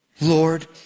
Lord